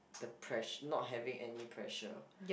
the press~ not having any pressure